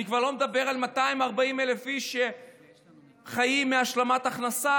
אני כבר לא מדבר על 240,000 איש שחיים מהשלמת הכנסה.